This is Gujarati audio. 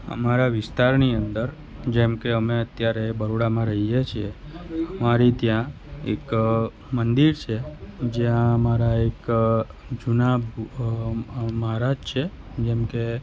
અમારા વિસ્તારની અંદર જેમ કે અમે અત્યારે બરોડામાં રહીએ છીએ અમારી ત્યાં એક મંદિર છે જ્યાં અમારા એક જૂના મહારાજ છે જેમ કે